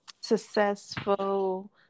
successful